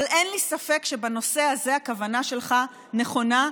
אבל אין לי ספק שבנושא הזה הכוונה שלך נכונה,